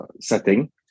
setting